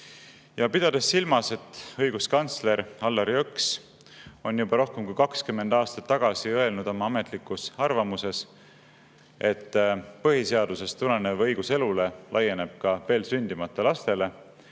alustel. Pidades silmas, et õiguskantsler Allar Jõks on juba rohkem kui 20 aastat tagasi öelnud oma ametlikus arvamuses, et põhiseadusest tulenev õigus elule laieneb ka veel sündimata lastele